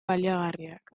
baliagarriak